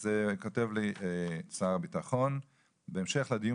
אז כותב לי שר הביטחון: "בהמשך לדיון